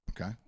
Okay